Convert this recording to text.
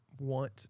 want